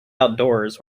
outdoors